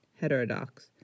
heterodox